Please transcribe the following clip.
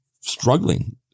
struggling